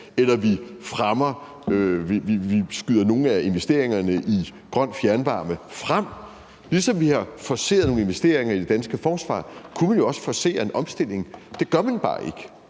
eller nu fremrykker vi nogle af investeringerne i grøn fjernvarme. Ligesom vi har forceret nogle investeringer i det danske forsvar, kunne man jo også forcere en omstilling. Det gør man bare ikke,